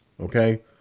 Okay